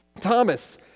Thomas